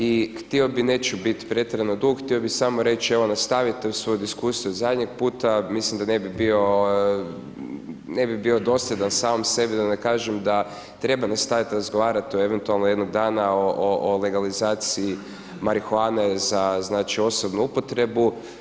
I htio bih, neću biti pretjerano dug, htio bih samo reći, evo nastavite tu svoju diskusiju od zadnjeg puta, mislim da ne bi bio, ne bi bio dosljedan sam sebi da ne kažem da treba nastaviti razgovarati o eventualno jednog dana o legalizaciji marihuane za znači osobnu upotrebu.